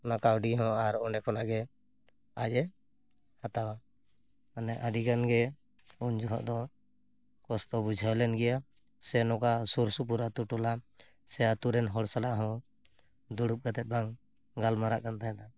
ᱚᱱᱟ ᱠᱟᱹᱣᱰᱤ ᱦᱚᱸ ᱚᱸᱰᱮ ᱠᱷᱚᱱᱟᱜ ᱜᱮ ᱟᱡ ᱮ ᱦᱟᱛᱟᱣᱟ ᱢᱟᱱᱮ ᱟᱹᱰᱤ ᱜᱟᱱ ᱜᱮ ᱩᱱ ᱡᱚᱦᱚᱜ ᱫᱚ ᱠᱚᱥᱴᱚ ᱵᱩᱡᱷᱟᱹᱣ ᱞᱮᱱ ᱜᱮᱭᱟ ᱥᱮ ᱱᱚᱝᱠᱟ ᱥᱩᱨ ᱥᱩᱯᱩᱨ ᱟᱹᱛᱩ ᱴᱚᱞᱟ ᱥᱮ ᱟᱹᱛᱩ ᱨᱮᱱ ᱦᱚᱲ ᱥᱟᱞᱟᱜ ᱦᱚᱸ ᱫᱩᱲᱩᱵ ᱠᱟᱛᱮᱫ ᱵᱟᱝ ᱜᱟᱞᱢᱟᱨᱟᱜ ᱠᱟᱱ ᱛᱟᱦᱮᱱᱟ